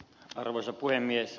arvoisa puhemies